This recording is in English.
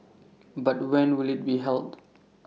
but when will IT be held